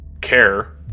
care